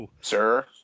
sir